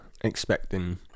expecting